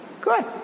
Good